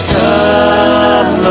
come